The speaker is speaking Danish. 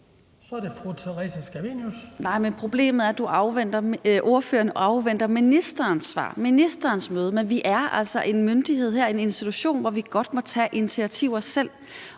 Kl. 16:27 Theresa Scavenius (UFG): Problemet er, at orføreren afventer ministerens svar, ministerens møde, men vi er altså en myndighed her, en institution, hvor vi godt selv må tage initiativer.